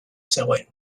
zegoen